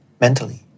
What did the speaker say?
mentally